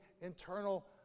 internal